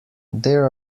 there